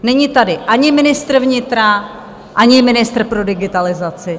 Není tady ani ministr vnitra, ani ministr pro digitalizaci.